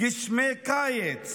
גשמי קיץ,